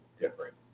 different